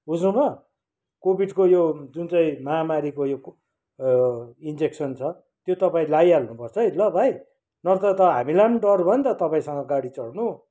बुझ्नुभयो कोभिडको यो जुन चाहिँ महामारीको यो इन्जेक्सन छ त्यो तपाईँ लगाइहाल्नु पर्छ है ल भाइ नत्र त हामीलाई पनि डर भयो नि त तपाईँसँग गाडी चढ्नु